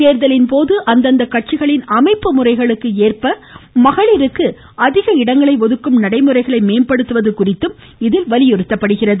தேர்தலின்போது அந்தந்த கட்சிகளின் அமைப்பு முறைகளுக்கு ஏற்ப மகளிருக்கு அதிக இடங்களை ஒதுக்கும் நடைமுறைகளை மேம்படுத்துவது குறித்தும் இதில் வலியுறுத்தப்படுகிறது